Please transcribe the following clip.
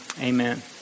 Amen